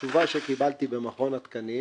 התשובה שקיבלתי במכון התקנים